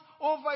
over